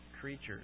creatures